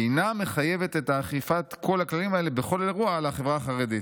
אינה מחייבת את אכיפת כל הכללים האלה בכל אירוע לחברה החרדית".